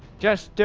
just